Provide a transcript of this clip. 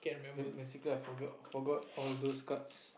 basically I forgot all those cards